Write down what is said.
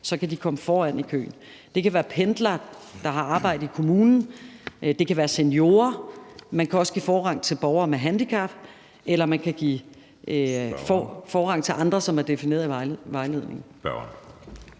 de altså komme foran i køen. Det kan være pendlere, der har arbejde i kommunen, det kan være seniorer. Man kan også give forrang til borgere med handicap, eller man kan give forrang til andre, hvilket er defineret i vejledningen.